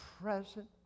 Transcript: present